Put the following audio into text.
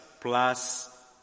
plus